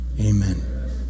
Amen